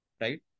right